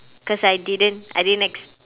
cause I didn't I didn't ex~